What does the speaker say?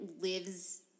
lives